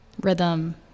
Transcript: rhythm